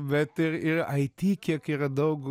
bet ir ir it kiek yra daug